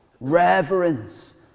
reverence